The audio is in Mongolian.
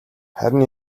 харин